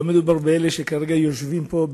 לא מדובר באלה שכרגע יושבים פה,